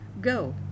Go